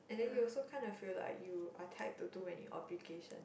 and then you also kind of feel like you are tied to too many obligations